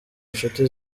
nshuti